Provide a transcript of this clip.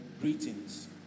greetings